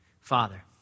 Father